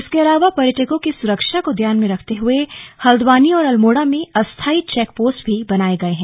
इसके अलावा पर्यटकों की सुरक्षा को ध्यान में रखते हुए हल्द्वानी और अल्मोड़ा में अस्थाई चेक पोस्ट भी बनाए गए हैं